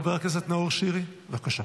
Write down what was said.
חבר הכנסת נאור שירי, בבקשה,